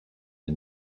the